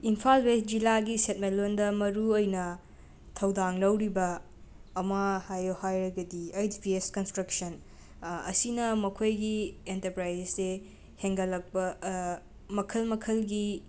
ꯏꯝꯐꯥꯜ ꯋꯦꯁꯀꯤ ꯁꯦꯟꯃꯦꯠꯂꯣꯟꯗ ꯃꯔꯨꯑꯣꯏꯅ ꯊꯧꯗꯥꯡ ꯂꯧꯔꯤꯕ ꯑꯃ ꯍꯥꯏꯌꯣ ꯍꯥꯏꯔꯒꯗꯤ ꯑꯩꯆ ꯕꯤ ꯑꯦꯁ ꯀꯟꯁꯇ꯭ꯔꯀꯁꯟ ꯑꯁꯤꯅ ꯃꯈꯣꯏꯒꯤ ꯑꯦꯟꯇꯄ꯭ꯔꯥꯏꯖꯦꯁꯁꯦ ꯍꯦꯡꯒꯠꯂꯛꯄ ꯃꯈꯜ ꯃꯈꯜꯒꯤ